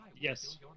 Yes